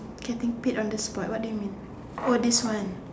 getting pick on the spot what do you mean oh this one